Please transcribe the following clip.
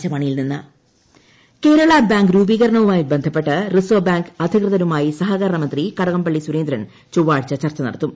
Kerala bank Kerala bank രൂപീകരണവുമായി ബന്ധപ്പെട്ട് reserve bank അധികൃതരുമായി സഹകരണമന്ത്രി കടകംപള്ളി സുരേന്ദ്രൻ ചൊവ്വാഴ്ച ചർച്ച നടത്തും